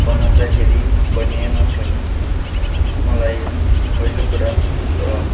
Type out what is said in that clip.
बनाउँदाखेरि बनिएन भने मलाई पहिलो कुरा त